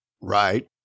Right